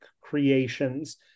creations